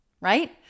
right